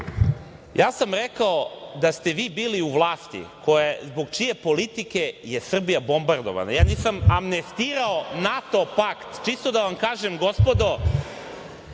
sam rekao da ste vi bili u vlasti zbog čije politike je Srbija bombardovana, ja nisam amnestirao NATO pakt, čisto da vam kažem gospodo,